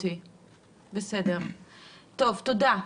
תודה,